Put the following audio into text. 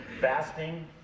Fasting